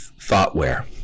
thoughtware